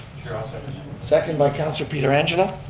second second by councilor pietrangelo.